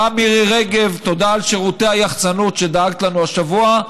מירי רגב: תודה על שירותי היחצנות שדאגת לנו השבוע.